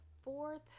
fourth